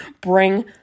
bring